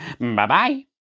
Bye-bye